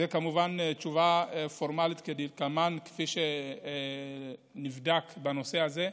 זו כמובן תשובה פורמלית, כפי שנבדק בנושא הזה.